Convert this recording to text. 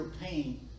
pain